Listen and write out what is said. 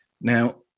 Now